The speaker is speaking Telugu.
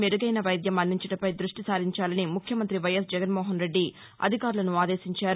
మెరుగైన వైద్యం అందించడంపై దృష్టిసారించాలని ముఖ్యమంతి వైఎస్ జగన్మోహన్రెడ్డి అధికారులను ఆదేశించారు